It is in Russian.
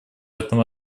этом